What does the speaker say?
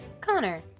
Connor